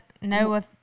no